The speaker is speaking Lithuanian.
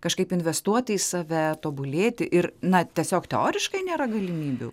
kažkaip investuoti į save tobulėti ir na tiesiog teoriškai nėra galimybių